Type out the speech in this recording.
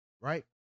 right